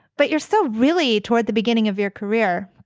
but you're still really toward the beginning of your career.